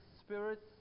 spirits